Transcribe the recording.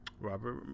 Robert